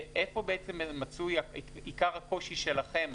איפה בעצם מצוי עיקר הקושי שלכם.